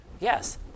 Yes